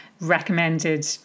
recommended